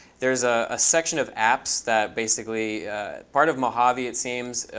there is a section of apps that basically part of mohave, it seems,